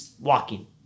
walking